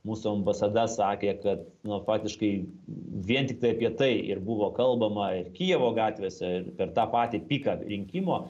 mūsų ambasada sakė kad nuo praktiškai vien tiktai apie tai ir buvo kalbama ir kijevo gatvėse ir per tą patį piką rinkimo